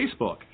Facebook